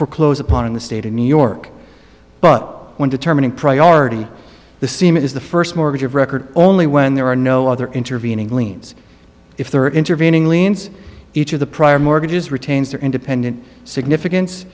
foreclose upon in the state of new york but when determining priority the seam it is the first mortgage of record only when there are no other intervening liens if there are intervening liens each of the prior mortgages retains their independent significance